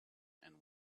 and